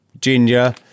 ginger